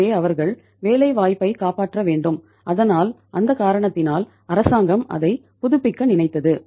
எனவே அவர்கள் வேலைவாய்ப்பைக் காப்பாற்ற வேண்டும் அதனால் அந்த காரணத்தினால் அரசாங்கம் அதை புதுப்பிக்க நினைத்தது